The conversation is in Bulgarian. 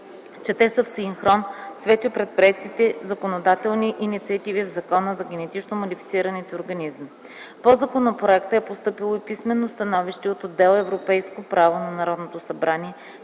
че те са в синхрон с вече предприети законодателните инициативи в Закона за генетично модифицираните организми. По законопроекта е постъпило и писмено становище от отдел „Европейско право” на Народното събрание,